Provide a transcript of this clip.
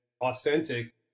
authentic